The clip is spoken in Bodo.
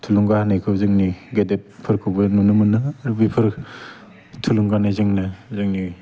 थुलुंगा होनायखौ जोंनि गेदेदफोरखौ नुनो मोनो दा बेफोर थुलुंगानायजोंनो जोंनि